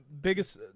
biggest